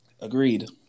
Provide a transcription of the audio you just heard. Agreed